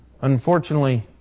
Unfortunately